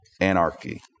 anarchy